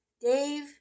Dave